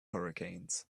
hurricanes